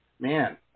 Man